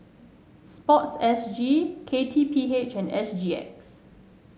sports S G K T P H and S G X